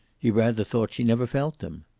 he rather thought she never felt them.